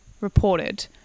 reported